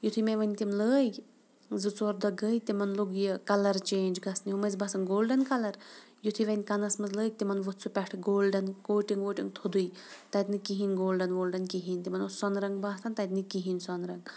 یُتھُے مےٚ وۄنۍ تِم لٲگۍ زٕ ژور دۄہ گٔیٚے تِمَن لوٚگ یہِ کَلَر چینٛج گژھنہِ یِم ٲسۍ باسان گولڈَن کَلَر یُتھُے وۄںۍ کَنَس منٛز لٲگۍ تِمَن وۄتھ سُہ پٮ۪ٹھٕ گولڈَن کوٹِنٛگ ووٹِنٛگ تھوٚدُے تَتہِ نہٕ کِہیٖنۍ گولڈَن وولڈَن کِہیٖنۍ تِمَن اوس سۄنہٕ رنٛگ باسان تَتہِ نہٕ کِہیٖنۍ سۄنہٕ رنٛگ